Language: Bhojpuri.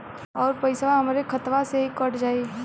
अउर पइसवा हमरा खतवे से ही कट जाई?